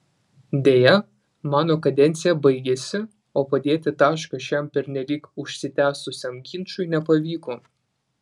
deja mano kadencija baigėsi o padėti tašką šiam pernelyg užsitęsusiam ginčui nepavyko